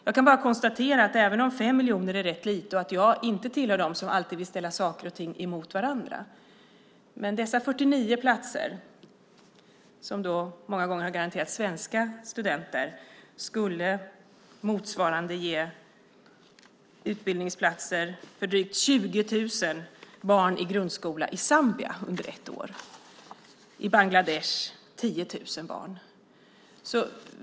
Jag kan bara konstatera att även om 5 miljoner är rätt lite, och jag inte tillhör dem som alltid vill ställa saker och ting mot varandra, skulle dessa 49 platser, som många gånger har garanterats svenska studenter, motsvara utbildningsplatser för drygt 20 000 barn i grundskola i Zambia under ett år och i Bangladesh för 10 000 barn.